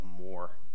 more